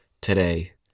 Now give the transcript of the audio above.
today